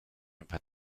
über